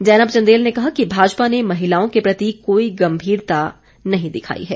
जैनब चन्देल ने कहा कि भाजपा ने महिलाओं के प्रति कोई गम्भीरता नहीं दिखाई है